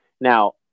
Now